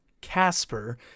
casper